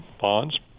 bonds